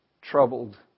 troubled